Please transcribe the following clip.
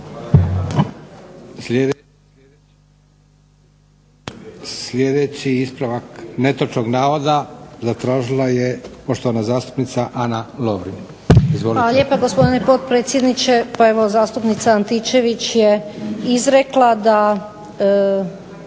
Sljedeći ispravak netočnog navoda zatražila je poštovana zastupnica Ana Lovrin.